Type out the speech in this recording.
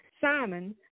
Simon